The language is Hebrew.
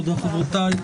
תודה חברותיי.